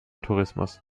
tourismus